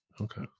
Okay